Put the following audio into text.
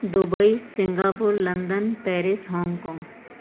Dubai Singapore London Paris Hong Kong